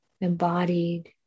embodied